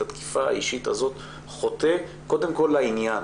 התקיפה האישית הזאת חוטא קודם כל לעניין